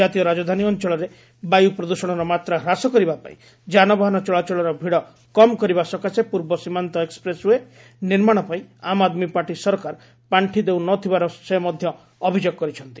ଜାତୀୟ ରାଜଧାନୀ ଅଞ୍ଚଳରେ ବାୟୁ ପ୍ରଦୃଷଣର ମାତ୍ରା ହ୍ରାସ କରିବା ପାଇଁ ଯାନବାହନ ଚଳାଚଳର ଭିଡ଼ କମ୍ କରିବା ସକାଶେ ପୂର୍ବ ସୀମାନ୍ତ ଏକ୍ସପ୍ରେସ୍ ଓ୍ୱେ ନିର୍ମାଣ ପାଇଁ ଆମ୍ ଆଦମୀ ପାର୍ଟି ସରକାର ପାଣ୍ଡି ଦେଉନଥିବାର ସେ ମଧ୍ୟ ଅଭିଯୋଗ କରିଛନ୍ତି